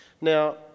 Now